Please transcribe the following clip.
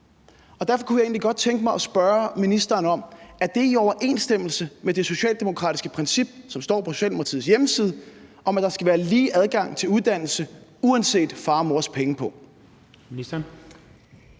Derfor kunne jeg egentlig godt tænke mig at spørge ministeren, om det er i overensstemmelse med det socialdemokratiske princip, som står på Socialdemokratiets hjemmeside, om, at der skal være lige adgang til uddannelse uanset fars og mors pengepung.